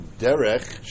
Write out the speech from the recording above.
derech